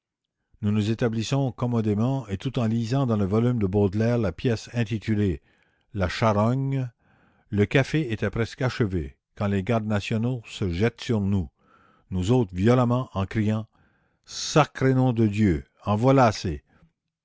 nous nous établissons commodément et tout en lisant dans le volume de baudelaire la pièce intitulée la charogne le café était presque achevé quand les gardes nationaux se jettent sur nous nous ôtent violemment en criant sacré nom de dieu en voilà assez